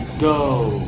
go